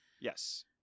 Yes